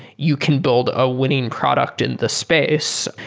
you can build a winning product in the space.